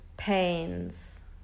pains